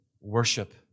worship